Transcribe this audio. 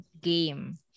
game